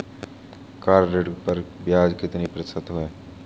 Car ऋण पर ब्याज कितने प्रतिशत है?